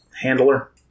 Handler